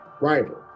rival